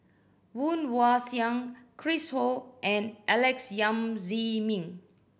Woon Wah Siang Chris Ho and Alex Yam Ziming